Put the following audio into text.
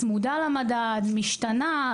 צמודה למדד, משתנה.